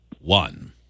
one